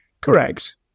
Correct